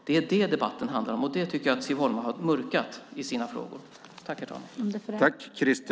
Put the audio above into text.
Det är det som debatten handlar om. Det tycker jag att Siv Holma har mörkat i sina frågor.